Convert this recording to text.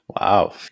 Wow